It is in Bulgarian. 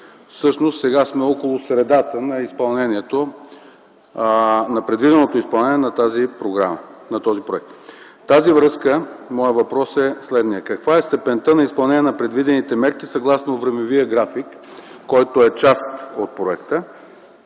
Всъщност сега сме около средата на предвиденото изпълнение на този проект. В тази връзка моят въпрос е следният: каква е степента на изпълнение на предвидените мерки съгласно времевия график, който е част от проекта